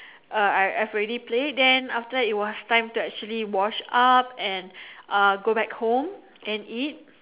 uh I I've already played then after that it was time to actually wash up and uh go back home and eat